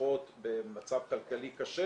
במשפחות במצב כלכלי קשה